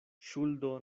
ŝuldo